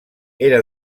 era